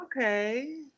okay